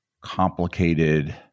complicated